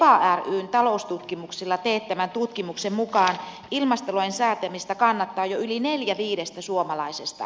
kepa ryn taloustutkimuksella teettämän tutkimuksen mukaan ilmastolain säätämistä kannattaa jo yli neljä viidestä suomalaisesta